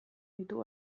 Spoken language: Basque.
ditu